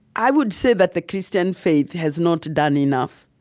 i would say that the christian faith has not done enough